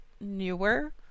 newer